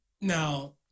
now